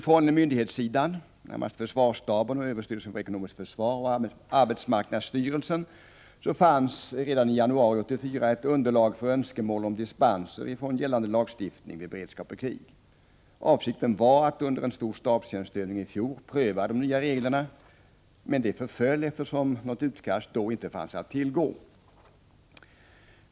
Från myndighetssidan — närmast försvarsstaben, överstyrelsen för ekonomiskt försvar och arbetsmarknadsstyrelsen — fanns redan i januari 1984 ett underlag för önskemål om dispenser från gällande lagstiftning vid beredskap och krig. Avsikten var att under en stor stabstjänstövning i fjol pröva de nya reglerna, men detta förföll eftersom något utkast till sådana regler ej fanns att tillgå.